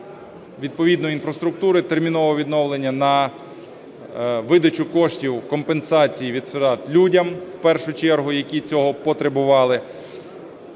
відповідної інфраструктури, термінове відновлення, на видачу коштів, компенсацій людям в першу чергу, які цього потребували,